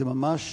זה ממש